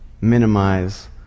minimize